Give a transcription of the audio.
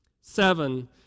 seven